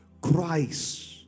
Christ